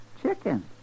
Chicken